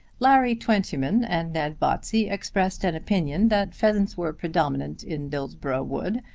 larry twentyman and ned botsey expressed an opinion that pheasants were predominant in dillsborough wood,